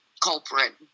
culprit